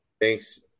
Thanks